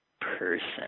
person